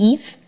Eve